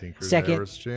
Second